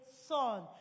son